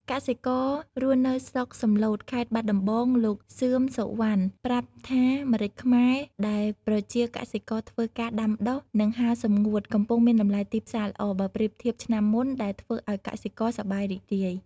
កសិកររស់នៅស្រុកសំឡូត ខេត្តបាត់ដំបង លោក សឿម សុវណ្ណ ប្រាប់ថា ម្រេចខ្មៅដែលប្រជាកសិករធ្វើការដាំដុះ និងហាលសម្ងួត កំពុងមានតម្លៃទីផ្សារល្អ បើប្រៀបធៀបឆ្នាំមុន ដែលធ្វើឲ្យកសិករសប្បាយរីករាយ។